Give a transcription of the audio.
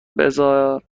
بزار